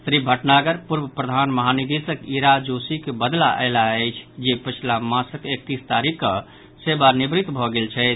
श्री भटनागर पूर्व प्रधान महानिदेशक ईरा जोशीक बदला अयलाह अछि जे पछिला मासक एकतीस तारीख कऽ सेवानिवृत भऽ गेल छथि